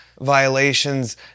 violations